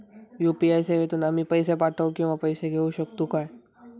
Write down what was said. UPI सेवेतून आम्ही पैसे पाठव किंवा पैसे घेऊ शकतू काय?